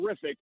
terrific